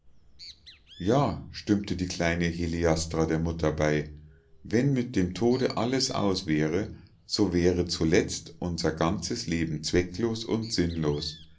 ja stimmte die kleine heliastra der mutter bei wenn mit dem tode alles aus wäre so wäre zuletzt unser ganzes leben zwecklos und sinnlos